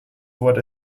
wurde